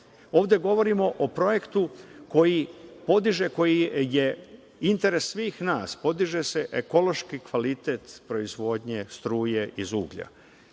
govorimo o projektu koji podiže, koji je interes svih nas, podiže se ekološki kvalitet proizvodnje struje iz uglja.